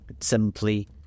simply